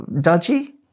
dodgy